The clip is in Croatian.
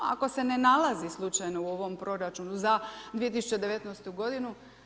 Ako se ne nalazi slučajno u ovom proračunu za 2019. godinu.